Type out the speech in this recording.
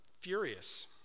furious